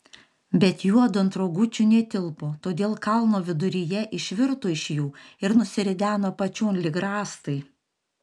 bet juodu ant rogučių netilpo todėl kalno viduryje išvirto iš jų ir nusirideno apačion lyg rąstai